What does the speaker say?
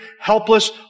helpless